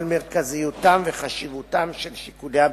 על מרכזיותם וחשיבותם של שיקולי הביטחון,